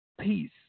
peace